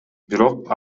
бирок